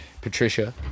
Patricia